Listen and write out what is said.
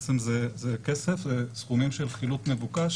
זה בעצם כסף, סכומים של חילוט מבוקש